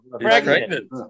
Pregnant